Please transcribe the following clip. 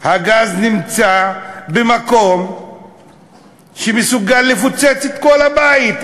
הגז נמצא במקום שמסוגל לפוצץ את כל הבית,